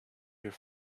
your